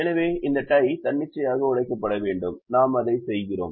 எனவே இந்த டை தன்னிச்சையாக உடைக்கப்பட வேண்டும் நாம் அதை செய்கிறோம்